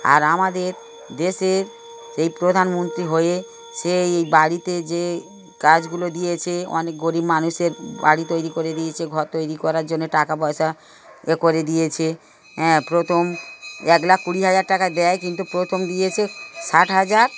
আর আমাদের দেশের এই প্রধানমন্ত্রী হয়ে সে এই বাড়িতে যে কাজগুলো দিয়েছে অনেক গরীব মানুষের বাড়ি তৈরি করে দিয়েছে ঘর তৈরি করার জন্যে টাকা পয়সা এ করে দিয়েছে হ্যাঁ প্রথম এক লাখ কুড়ি হাজার টাকা দেয় কিন্তু প্রথম দিয়েছে ষাট হাজার